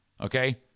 Okay